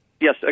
Yes